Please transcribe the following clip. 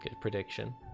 prediction